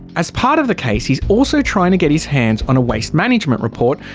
as part of the case he's also trying to get his hands on a waste management report.